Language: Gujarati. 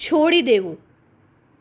છોડી દેવું